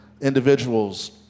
individuals